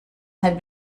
had